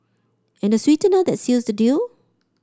and the sweetener that seals the deal